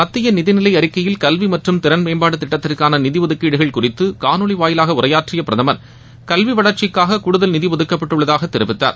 மத்திய நிதி நிலை அறிக்கையில் கல்வி மற்றும் திறன் மேம்பாடு திட்டத்திற்கான நிதி ஒதுக்கீடுகள் குறித்து காணொலி வாயிலாக உரையாற்றி பிரதமர் கல்வி வளர்ச்சிக்காக கடுதல் நிதி ஒதுக்கப்பட்டுள்ளதாக தெரிவித்தார்